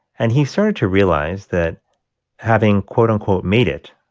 and he started to realize that having, quote-unquote, made it,